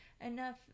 enough